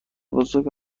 بزرگ